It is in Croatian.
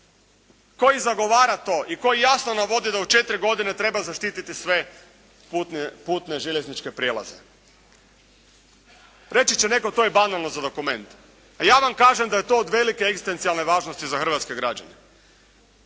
koji zagovara to i koji jasno navodi da u 4 godine treba zaštititi sve putne, putne željezničke prijelaze. Reći će netko to je banalno za dokument. A ja vam kažem da je to od velike egzistencijalne važnosti za hrvatske građane.